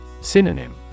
Synonym